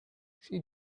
she